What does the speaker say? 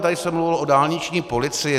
Tady se mluvilo o dálniční policii.